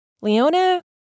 Leona